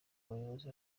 bayobozi